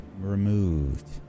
removed